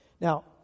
Now